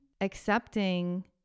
accepting